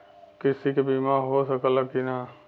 कृषि के बिमा हो सकला की ना?